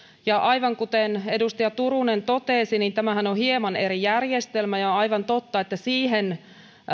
ja aivan kuten edustaja turunen totesi tämähän on hieman eri järjestelmä ja on aivan totta että siihen